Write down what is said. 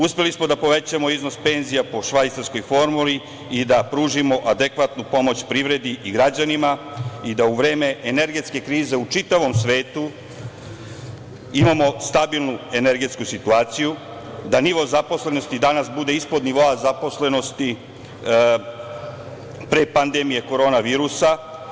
Uspeli smo da povećamo iznos penzija po švajcarskoj formuli i da pružimo adekvatnu pomoć privredi i građanima i da u vreme energetske krize u čitavom svetu imamo stabilnu energetsku situaciju, da nivo zaposlenosti danas bude ispod nivoa zaposlenosti pre pandemije korona virusa.